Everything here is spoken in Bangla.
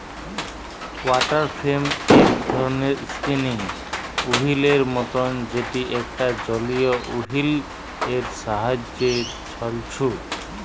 ওয়াটার ফ্রেম এক ধরণের স্পিনিং ওহীল এর মতন যেটি একটা জলীয় ওহীল এর সাহায্যে ছলছু